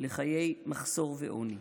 לחיי מחסור ועוני.